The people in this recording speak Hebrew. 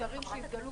המוצרים שהתגלו